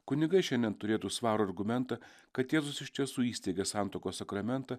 kunigai šiandien turėtų svarų argumentą kad jėzus iš tiesų įsteigė santuokos sakramentą